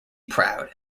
proud